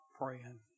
praying